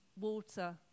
water